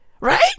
Right